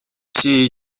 все